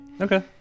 Okay